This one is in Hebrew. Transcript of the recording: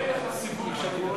אין לך סיווג שאני,